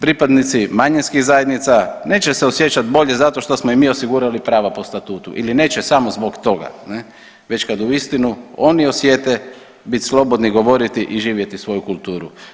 Pripadnici manjinskih zajednica neće se osjećat bolje zato što smo mi osigurali prava po statutu ili neće samo zbog toga, već kad uistinu oni osjete bit slobodni govoriti i živjeti svoju kulturu.